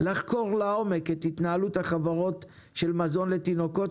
לחקור לעומק את התנהלות החברות של מזון לתינוקות